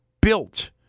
built